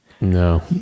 No